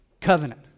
covenant